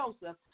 Joseph